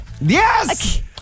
Yes